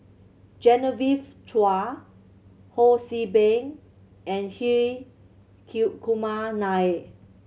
Genevieve Chua Ho See Beng and Hri Kumar Nair